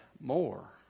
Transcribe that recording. more